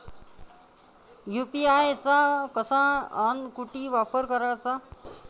UPI चा कसा अन कुटी वापर कराचा?